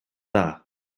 dda